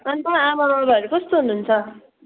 अन्त आमा बाबाहरू कस्तो हुनुहुन्छ